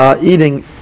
Eating